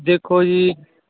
ਦੇਖੋ ਜੀ